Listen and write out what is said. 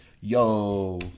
yo